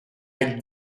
elles